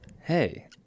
Hey